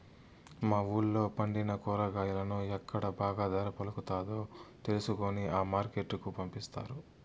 మా వూళ్ళో పండిన కూరగాయలను ఎక్కడ బాగా ధర పలుకుతాదో తెలుసుకొని ఆ మార్కెట్ కు పంపిస్తారు